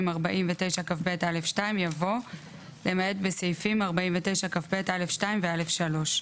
49כב(א2)" יבוא "למעט בסעיפים 49כב(א2) ו-(א3)".